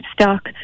stock